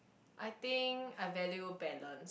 I think I value balance